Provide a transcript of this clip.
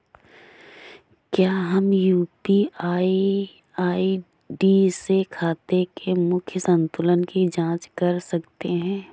क्या हम UPI ID से खाते के मूख्य संतुलन की जाँच कर सकते हैं?